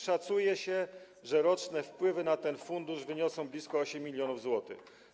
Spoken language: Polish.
Szacuje się, że roczne wpływy na ten fundusz wyniosą blisko 8 mln zł.